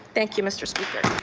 thank you mr. speaker.